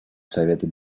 совета